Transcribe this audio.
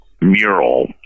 mural